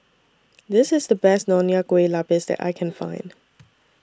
This IS The Best Nonya Kueh Lapis that I Can Find